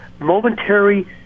momentary